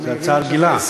זו הצעה רגילה.